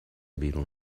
بیرون